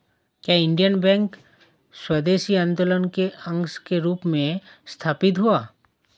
क्या Indian bank स्वदेशी आंदोलन के अंश के रूप में स्थापित हुआ?